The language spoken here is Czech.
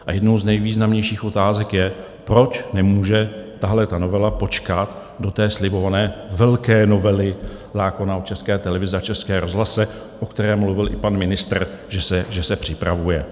A jednou z nejvýznamnějších otázek je, proč nemůže tahle novela počkat do té slibované velké novely zákona o České televizi a Českém rozhlase, o které mluvil i pan ministr, že se připravuje.